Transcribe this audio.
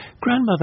Grandmother